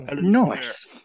Nice